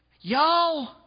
y'all